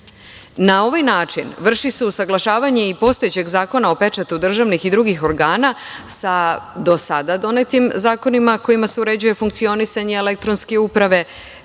ovaj način se vrši usaglašavanje i postojećeg Zakona o pečatu državnih i drugih organa sa do sada donetim zakonima kojima se uređuje funkcionisanje elektronske uprave,